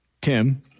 Tim